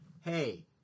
hey